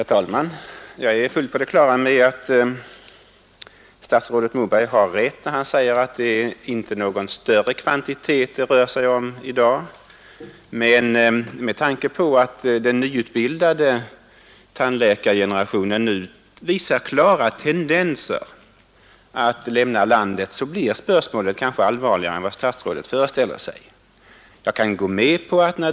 Herr talman! Jag är helt på det klara med att det är riktigt som statsrådet Moberg säger, att det i dag inte rör sig om något större antal tandläkare, men med tanke på att de nyutbildade tandläkarna nu visar klara tendenser att lämna landet blir denna fråga ändå litet allvarligare än vad statsrådet Moberg kanske föreställer sig.